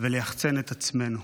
וליחצן את עצמנו.